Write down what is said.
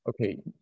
okay